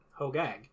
Hogag